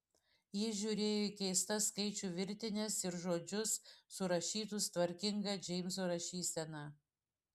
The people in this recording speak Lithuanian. ji žiūrėjo į keistas skaičių virtines ir žodžius surašytus tvarkinga džeimso rašysena